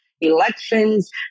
elections